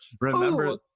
remember